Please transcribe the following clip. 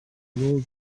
your